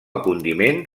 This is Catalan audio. condiment